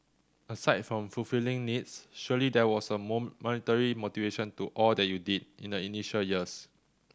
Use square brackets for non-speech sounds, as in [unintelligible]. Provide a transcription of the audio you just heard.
aside from fulfilling needs surely there was a [unintelligible] monetary motivation to all that you did in the initial years